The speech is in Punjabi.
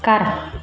ਘਰ